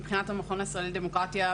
מבחינת המכון הישראלי לדמוקרטיה,